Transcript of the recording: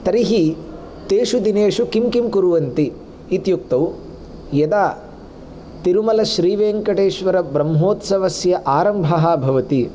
तर्हि तेषु दिनेषु किं किं कुर्वन्ति इत्युक्तौ यदा तिरुमलश्रीवेङ्कटेश्वरब्रह्मोत्सवस्य आरम्भः भवति